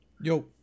Yo